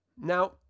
Now